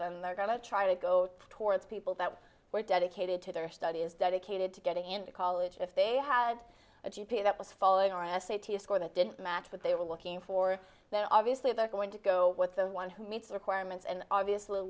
then they're going to try to go towards people that are dedicated to their studies dedicated to getting into college if they had a g p a that was following our s a t s or that didn't match what they were looking for that obviously they're going to go with the one who meets the requirements and obviously